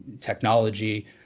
technology